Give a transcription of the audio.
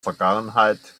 vergangenheit